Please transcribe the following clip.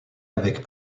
avec